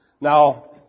Now